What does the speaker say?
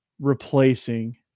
replacing